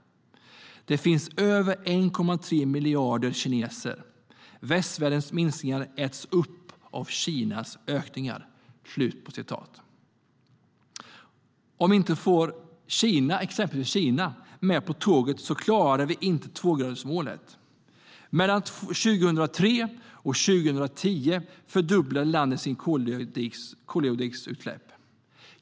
Det finns över 1,3 miljarder kineser. Västvärldens minskningar äts upp av Kinas ökning." Om vi inte får exempelvis med Kina på tåget klarar vi inte tvågradersmålet. Mellan 2003 och 2010 fördubblade landet sina koldioxidutsläpp.